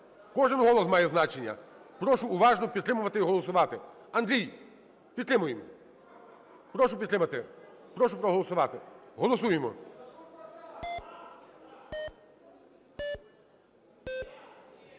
Кожен голос має значення, прошу уважно підтримувати і голосувати. Андрій, підтримуємо! Прошу підтримати, прошу проголосувати. Голосуємо!